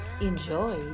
Enjoy